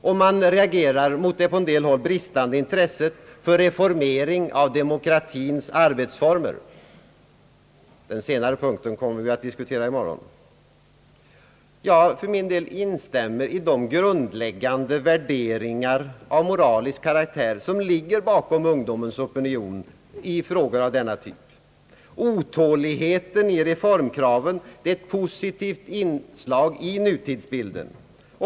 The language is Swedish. Och man reagerar mot det på en del håll bristande intresset för reformering av demokratins arbetsformer. Denna senare punkt kommer vi att diskutera i morgon. För min del instämmer jag i de grundläggande värderingar av moralisk karaktär som ligger bakom ungdomens opinion i frågor av denna typ. Otåligheten i reformkraven är ett positivt inslag i nutidsbilden.